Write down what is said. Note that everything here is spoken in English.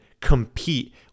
compete